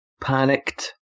panicked